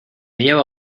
llevo